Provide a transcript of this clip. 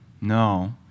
No